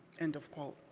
end of quote.